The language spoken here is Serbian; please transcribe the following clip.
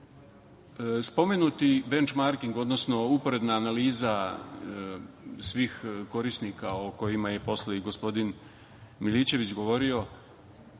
spomenuti „benč marking“ odnosno uporedna analiza svih korisnika o kojima je posle i gospodin Milićević govorio,